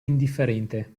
indifferente